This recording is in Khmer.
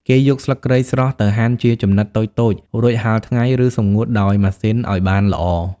គេយកស្លឹកគ្រៃស្រស់ទៅហាន់ជាចំណិតតូចៗ រួចហាលថ្ងៃ ឬសម្ងួតដោយម៉ាស៊ីនឲ្យបានល្អ។